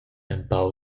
empau